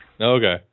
Okay